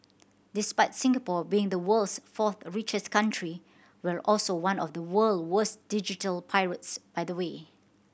despite Singapore being the world's fourth richest country we're also one of the world's worst digital pirates by the way